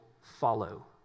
follow